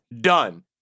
Done